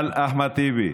אבל אחמד טיבי,